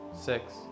six